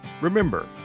remember